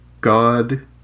God